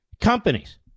companies